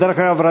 ודרך אגב,